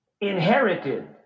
Inherited